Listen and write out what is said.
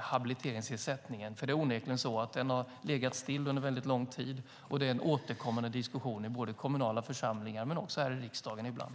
habiliteringsersättningen? Den har onekligen legat still under lång tid, och detta är en återkommande diskussion i både kommunala församlingar och här i riksdagen ibland.